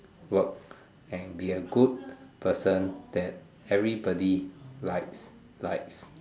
work and be a good person that everybody likes likes